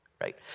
right